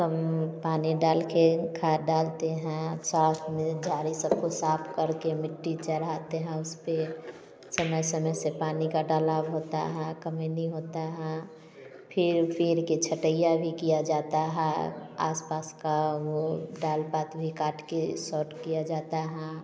कम पानी डाल के खाद डालते हैं अब साफ में जारी सबको साफ करके मिट्टी चढ़ाते हैं उस पर समय समय से पानी का डालना होता है कमैनी होता है फिर पेड़ के छटाई भी किया जाता है आसपास का वो डाल पात भी काट के सॉर्ट किया जाता है